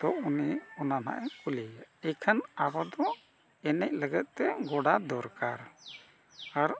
ᱛᱚ ᱩᱱᱤ ᱚᱱᱟ ᱱᱟᱜ ᱮ ᱠᱩᱞᱤᱭᱮᱭᱟ ᱤᱠᱷᱟᱹᱱ ᱟᱵᱚ ᱫᱚ ᱮᱱᱮᱡ ᱞᱟᱹᱜᱤᱫ ᱛᱮ ᱜᱚᱰᱟ ᱫᱚᱨᱠᱟᱨ ᱟᱨ